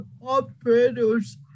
operators